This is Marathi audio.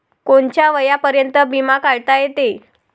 कोनच्या वयापर्यंत बिमा काढता येते?